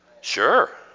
Sure